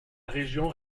région